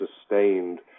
sustained